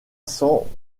sans